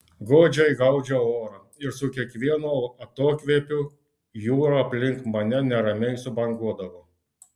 godžiai gaudžiau orą ir su kiekvienu atokvėpiu jūra aplink mane neramiai subanguodavo